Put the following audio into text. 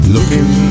Looking